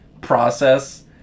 process